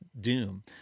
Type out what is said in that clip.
doom